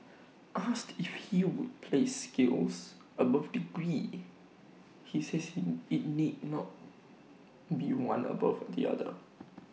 asked if he would place skills above degrees he says IT need not be one above the other